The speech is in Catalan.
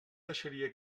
deixaria